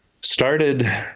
started